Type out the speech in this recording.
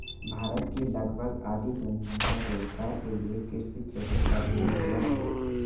भारत की लगभग आधी जनसंख्या रोज़गार के लिये कृषि क्षेत्र पर ही निर्भर है